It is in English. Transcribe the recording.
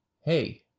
hey